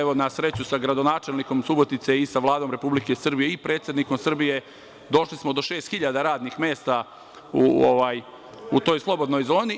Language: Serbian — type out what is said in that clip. Evo, na sreću, sa gradonačelnikom Subotice i sa Vladom Republike Srbije i predsednikom Srbije došli smo do 6.000 radnih mesta u toj slobodnoj zoni.